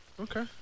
Okay